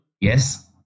Yes